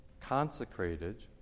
Consecrated